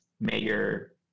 major